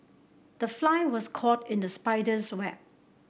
the fly was caught in the spider's web